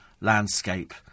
landscape